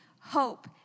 hope